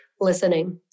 listening